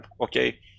Okay